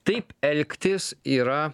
taip elgtis yra